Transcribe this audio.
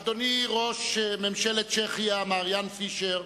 אדוני, ראש ממשלת צ'כיה, מר יאן פישר,